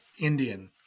Indian